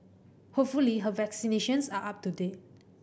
hopefully her vaccinations are up to date